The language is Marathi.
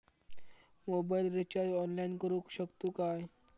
मोबाईल रिचार्ज ऑनलाइन करुक शकतू काय?